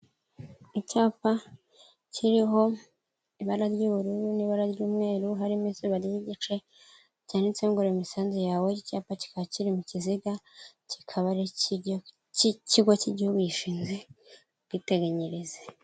Icyapa kiriho ibara ry'ubururu n'ibara ry'umweru, harimo izina ry'igice cyanditseho ngo reba imisanzu yawe, iki cyapa kikaba kiri mu kiziga, kikaba ari icy'ikigo cy'igihugu gishinze ubwiteganyirize.